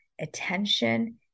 attention